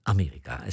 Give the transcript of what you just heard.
Amerika